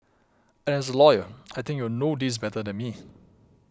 and as a lawyer I think you will know this better than me